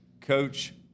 Coach